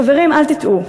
חברים, אל תטעו,